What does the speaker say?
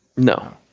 No